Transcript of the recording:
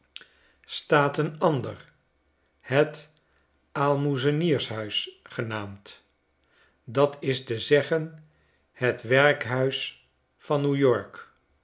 staat een ander het aalmoezeniershuis genaatnd dat is te zeggen het werkhuis van new-york